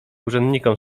urzędnikom